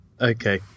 Okay